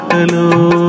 Hello